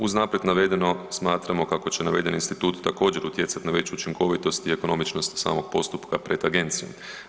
Uz naprijed navedeno smatramo kako će navedeni institut također utjecati na već učinkovitost i ekonomičnost samog postupka pred Agencijom.